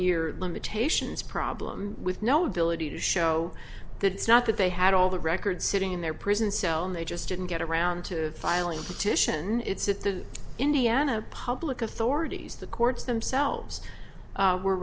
year limitations problem with no ability to show that it's not that they had all the records sitting in their prison cell and they just didn't get around to filing a petition it's that the indiana public authorities the courts themselves we're